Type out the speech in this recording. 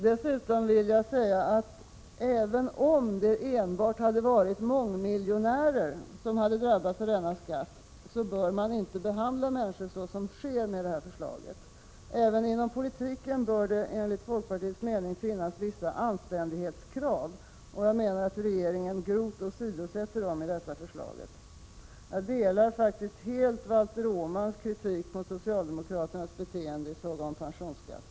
Dessutom vill jag säga att även om det enbart hade varit mångmiljonärer som hade drabbats av denna skatt, bör man inte behandla människor så som sker med det här förslaget. Även inom politiken bör det enligt folkpartiets mening finnas vissa anständighetskrav, och jag menar att regeringen grovt åsidosätter dessa i detta förslag. Jag delar faktiskt Valter Åmans kritik mot — Prot. 1986/87:48 socialdemokraternas beteende i fråga om pensionsskatten.